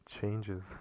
changes